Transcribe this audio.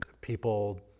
people